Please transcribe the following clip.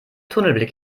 tunnelblick